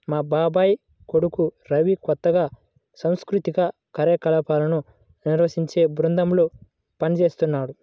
మా బాబాయ్ కొడుకు రవి కొత్తగా సాంస్కృతిక కార్యక్రమాలను నిర్వహించే బృందంలో పనిజేత్తన్నాడు